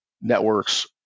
networks